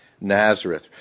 Nazareth